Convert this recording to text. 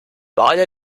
wale